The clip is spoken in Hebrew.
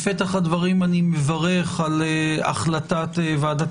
בפתח הדברים אני מברך על החלטת ועדת